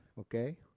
okay